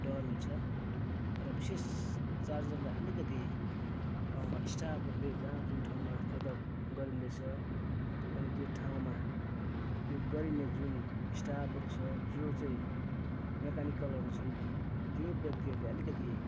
डर हुन्छ र विशेष चार्जरलाई अलिकति स्टाफहरूले जहाँ जुन ठाउँमा प्रटक्ट गरिँदैछ अनि त्यो ठाउँमा त्यो गरिने जुन स्टाफहरूछ जो चाहिँ म्याकनिकलहरू छन् त्यो व्यक्तिहरूले अलिकति